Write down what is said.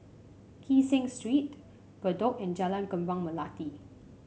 Kee Seng Street Bedok and Jalan Kembang Melati